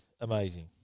amazing